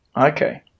Okay